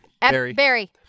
Barry